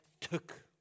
took